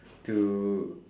to